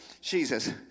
Jesus